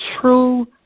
true